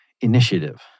Initiative